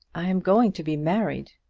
i am going to be married.